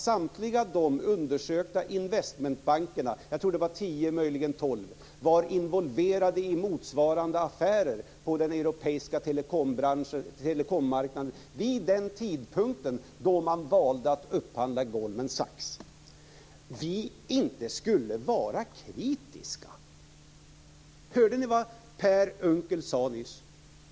Samtliga de undersökta investmentbankerna - tio, möjligen tolv - var involverade i motsvarande affärer på den europeiska telekommarknaden vid den tidpunkt då man valde Goldman Sachs. Per Unckel säger att vi inte skulle vara kritiska. Hörde ni vad Per Unckel sade nyss?